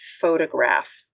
photograph